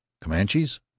Comanches